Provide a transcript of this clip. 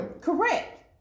Correct